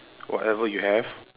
whatever you have